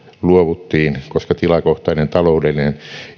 luovuttiin koska tilakohtainen taloudellinen